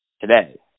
today